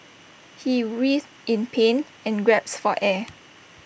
he writhed in pain and gasped for air